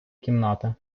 кімнати